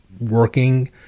working